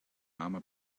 mama